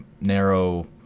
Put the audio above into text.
narrow